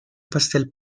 pastel